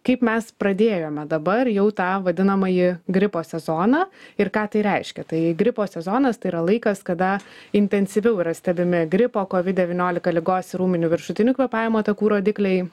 kaip mes pradėjome dabar jau tą vadinamąjį gripo sezoną ir ką tai reiškia tai gripo sezonas tai yra laikas kada intensyviau yra stebimi gripo kovid devyniolika ligos ir ūminių viršutinių kvėpavimo takų rodikliai